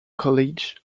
college